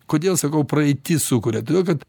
kodėl sakau praeitis sukuria todėl kad